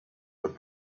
would